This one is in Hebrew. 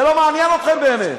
זה לא מעניין אתכם באמת.